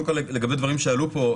קודם כל לגבי דברים שעלו פה,